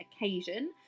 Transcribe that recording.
occasion